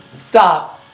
Stop